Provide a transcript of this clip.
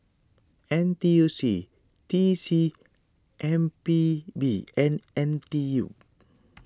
N T U C T C M P B and N T U